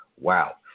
wow